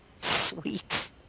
Sweet